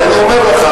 אבל אני אומר לך,